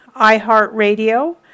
iHeartRadio